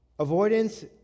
Avoidance